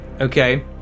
okay